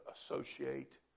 associate